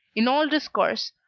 in all discourse,